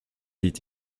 dit